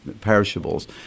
perishables